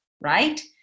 Right